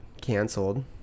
canceled